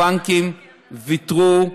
הבנקים ויתרו,